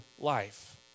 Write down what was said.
life